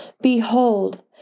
Behold